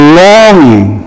longing